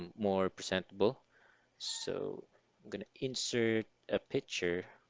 more presentable so i'm gonna insert a picture